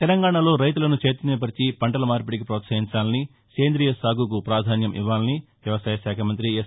తెలంగాణలో రైతులను చైతన్యపరిచి పంటలమార్పిడికి ప్రపోత్పహించాలని సేందీయ సాగుకు ప్రాధాన్యం ఇవ్వాలని వ్యవసాయ శాఖ మంతి ఎస్